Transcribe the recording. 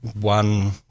one